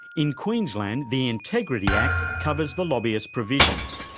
in queensland the integrity act covers the lobbyist provisions,